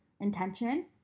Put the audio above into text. Intention